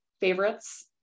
favorites